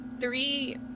three